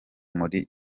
muri